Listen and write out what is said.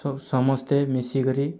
ସବୁ ସମସ୍ତେ ମିଶିକରି